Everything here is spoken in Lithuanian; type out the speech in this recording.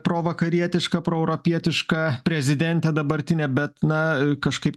provakarietiška proeuropietiška prezidentė dabartinė bet na kažkaip